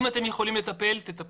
אם אתם יכולים לטפל תטפלו.